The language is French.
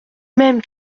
même